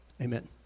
Amen